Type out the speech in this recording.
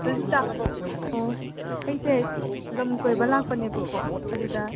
ꯑꯣ ꯑꯩꯁꯦ ꯂꯝ ꯀꯣꯏꯕ ꯂꯥꯛꯄꯅꯦꯕꯀꯣ ꯑꯗꯨꯗ